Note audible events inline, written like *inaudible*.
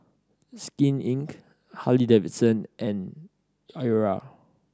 Skin Inc Harley Davidson and *unintelligible*